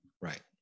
Right